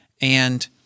And-